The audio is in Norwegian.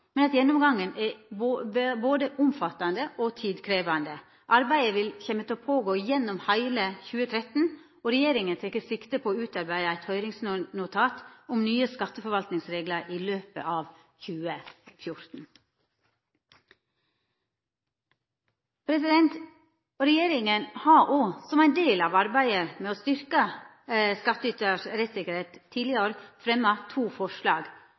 men at gjennomgangen er både omfattande og tidkrevjande. Arbeidet vil gå føre seg gjennom heile 2013, og regjeringa tek sikte på å utarbeida eit høyringsnotat om nye skatteforvaltningsreglar i løpet av 2014. Regjeringa har òg, som ein del av arbeidet med å styrkja skattytars rettssikkerheit, tidlegare i år fremma to forslag.